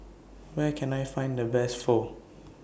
Where Can I Find The Best Pho